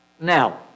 Now